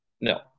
no